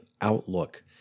outlook